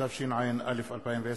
התשע"א 2010,